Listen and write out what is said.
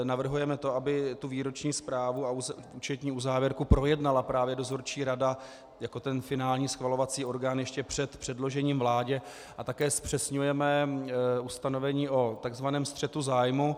Navrhujeme to, aby výroční zprávu a účetní uzávěrku projednala právě dozorčí rada jako finální schvalovací orgán ještě před předložením vládě a také zpřesňujeme ustanovení o tzv. střetu zájmů.